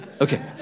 Okay